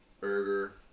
burger